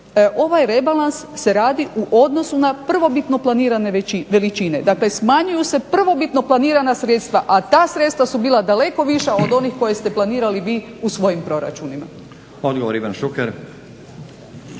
ovaj rebalans se radi u odnosu na prvobitno planirane veličine, dakle smanjuju se prvobitno planirana sredstava a ta sredstva su bila daleko viša od onih koje ste planirali vi u svojim proračunima.